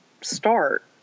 start